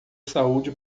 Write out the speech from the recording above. saúde